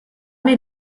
mir